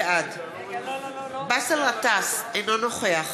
בעד באסל גטאס, אינו נוכח